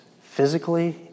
physically